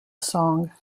song